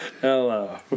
Hello